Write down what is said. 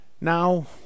Now